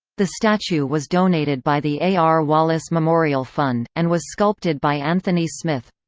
the statue was donated by the a. r. wallace memorial fund, and was sculpted by anthony smith.